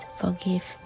forgive